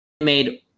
made